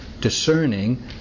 discerning